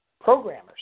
programmers